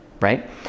right